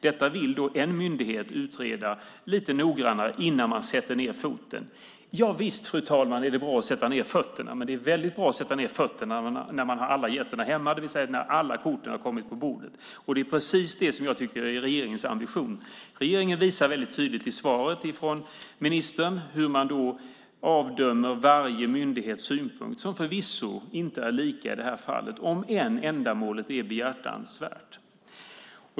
Detta vill en myndighet utreda lite noggrannare innan de sätter ned foten. Fru talman! Visst är det bra att sätta ned fötterna, men det är väldigt bra att sätta ned fötterna när man har alla getterna hemma, det vill säga när alla kort har kommit på bordet! Och det är precis det som är regeringens ambition. Regeringen visar i svaret från ministern väldigt tydligt hur man avdömer varje myndighets synpunkt, som förvisso inte är lika i det här fallet även om ändamålet är behjärtansvärt.